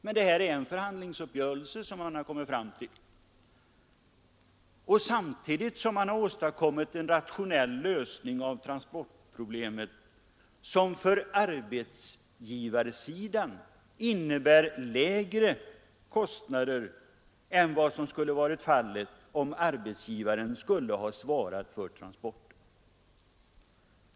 Men det är en förhandlingsuppgörelse, som man har kommit fram till samtidigt som man åstadkommit en rationell lösning av transportproblemet, en lösning som för arbetsgivaren innebär lägre kostnader än som varit fallet om arbetsgivaren skulle ha svarat för transporten.